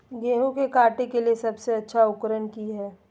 गेहूं के काटे के लिए सबसे अच्छा उकरन की है?